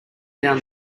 down